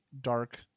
dark